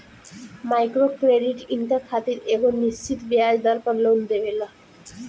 micro credit इनका खातिर एगो निश्चित ब्याज दर पर लोन देवेला